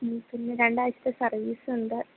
മ്മ് പിന്നെ രണ്ടാഴ്ചത്തെ സർവീസുണ്ട്